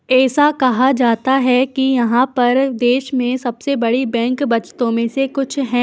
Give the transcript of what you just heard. ऐसा कहा जाता है कि यहाँ पर देश में सबसे बड़ी बैंक बचतों में से कुछ हैं